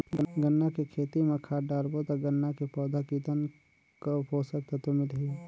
गन्ना के खेती मां खाद डालबो ता गन्ना के पौधा कितन पोषक तत्व मिलही?